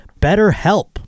BetterHelp